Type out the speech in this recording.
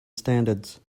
standards